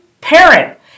parent